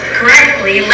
correctly